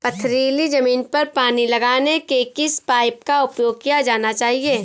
पथरीली ज़मीन पर पानी लगाने के किस पाइप का प्रयोग किया जाना चाहिए?